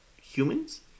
humans